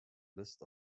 list